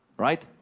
right?